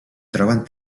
troben